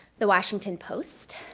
the washington post,